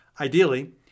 ideally